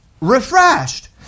refreshed